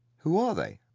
who are they?